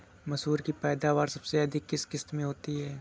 मसूर की पैदावार सबसे अधिक किस किश्त में होती है?